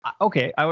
Okay